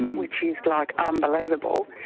which is like unbelievable.